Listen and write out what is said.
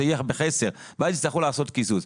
זה יהיה בחסר ואז יצטרכו לעשות קיזוז.